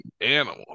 animal